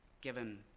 given